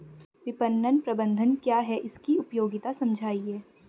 विपणन प्रबंधन क्या है इसकी उपयोगिता समझाइए?